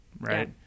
right